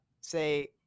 say